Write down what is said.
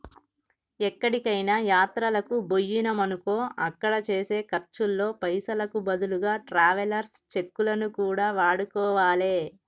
ఎక్కడికైనా యాత్రలకు బొయ్యినమనుకో అక్కడ చేసే ఖర్చుల్లో పైసలకు బదులుగా ట్రావెలర్స్ చెక్కులను కూడా వాడుకోవాలే